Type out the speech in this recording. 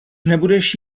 nebudeš